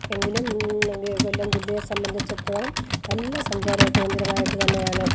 എങ്കിലും കൊല്ലം ജില്ലയെ സംബന്ധിച്ചിടത്തോളം നല്ല സഞ്ചാര കേന്ദ്രമായിട്ട് തന്നെയാണ്